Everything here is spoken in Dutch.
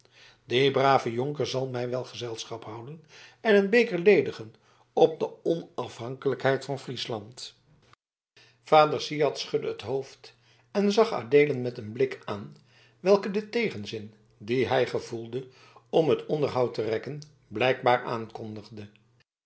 die brave jonker zal mij wel gezelschap houden en een beker ledigen op de onafhankelijkheid van friesland vader syard schudde het hoofd en zag adeelen met een blik aan welke den tegenzin dien hij gevoelde om het onderhoud te rekken blijkbaar aankondigde